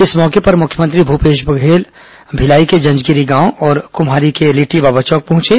इस मौके पर मुख्यमंत्री भूपेश बघेल भिलाई के जंजगिरी गांव और कुम्हारी के लिट्टीबाबा चौक पहुंचे